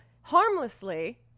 harmlessly